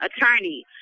Attorney